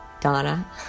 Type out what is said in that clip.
Donna